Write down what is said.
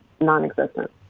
non-existent